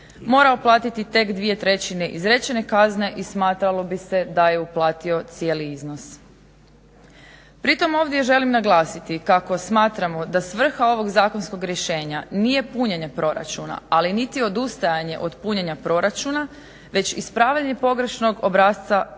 morao platiti tek 2/3 izrečene kazne i smatralo bi se da je uplatio cijeli iznos. Pri tome ovdje želim naglasiti kako smatramo da svrha ovog zakonskog rješenja nije punjenje proračuna ali niti odustajanje od punjenja proračuna već ispravljanje pogrešnog obrasca ponašanja